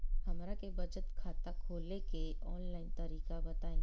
हमरा के बचत खाता खोले के आन लाइन तरीका बताईं?